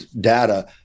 data